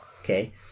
Okay